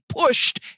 pushed